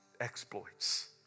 exploits